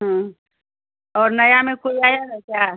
हाँ और नया में कोई आया है क्या